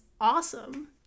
awesome